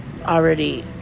already